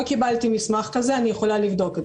לא קיבלתי מסמך כזה, אני יכולה לבדוק את זה.